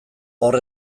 hor